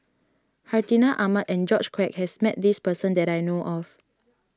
Hartinah Ahmad and George Quek has met this person that I know of